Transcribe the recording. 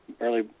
early